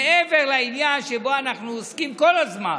מעבר לעניין שבו אנחנו עוסקים כל הזמן,